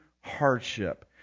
hardship